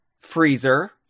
Freezer